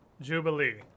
Jubilee